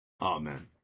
Amen